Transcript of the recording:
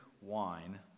wine